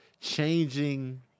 changing